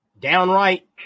downright